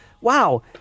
Wow